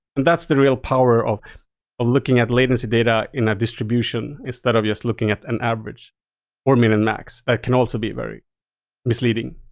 that's the real power of looking at latency data in a distribution instead of just looking at an average or min or and max. that can also be very misleading.